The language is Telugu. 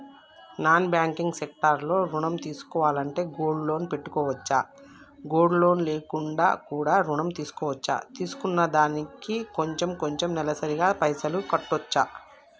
నాన్ బ్యాంకింగ్ సెక్టార్ లో ఋణం తీసుకోవాలంటే గోల్డ్ లోన్ పెట్టుకోవచ్చా? గోల్డ్ లోన్ లేకుండా కూడా ఋణం తీసుకోవచ్చా? తీసుకున్న దానికి కొంచెం కొంచెం నెలసరి గా పైసలు కట్టొచ్చా?